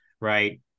right